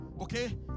okay